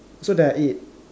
so there are eight